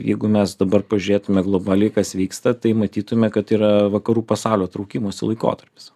jeigu mes dabar pažiūrėtume globaliai kas vyksta tai matytume kad yra vakarų pasaulio traukimosi laikotarpis